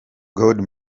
god